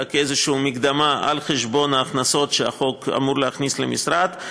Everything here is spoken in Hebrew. אלא כאיזו מקדמה על חשבון ההכנסות שהחוק אמור להכניס למשרד.